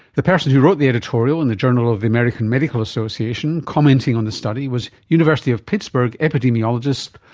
the person who wrote the editorial in the journal of the american medical association commenting on the study was university of pittsburgh epidemiologist,